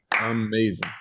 Amazing